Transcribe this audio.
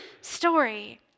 story